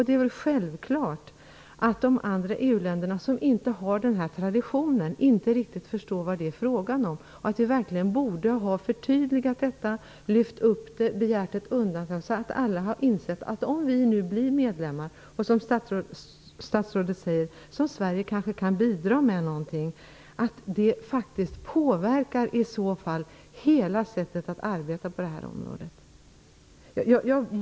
Det är väl självklart att de andra EU länderna som inte riktigt har denna tradition inte förstår vad det är fråga om. Det borde ha gjorts ett förtydligande. Frågan borde ha lyfts upp, och man borde ha begärt ett undantag, så att alla de andra länderna hade insett att Sverige, om Sverige blir medlem, bidrar med något, precis som statsrådet säger, och att det påverkar hela sättet att arbeta på detta område.